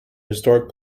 historic